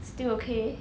still okay